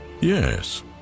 Yes